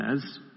says